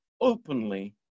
openly